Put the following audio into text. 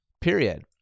period